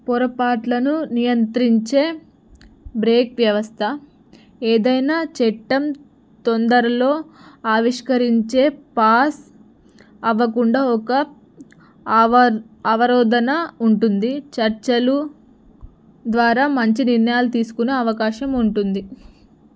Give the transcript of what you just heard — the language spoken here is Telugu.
పొరపాట్లను నియంత్రించే బ్రేక్ వ్యవస్థ ఏదైనా చట్టం తొందరలో ఆవిష్కరించే పాస్ అవ్వకుండా ఒక ఆవ అవరోధన ఉంటుంది చర్చలు ద్వారా మంచి నిర్ణయాలు తీసుకునే అవకాశం ఉంటుంది